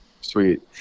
Sweet